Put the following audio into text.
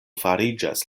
fariĝas